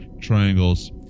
triangles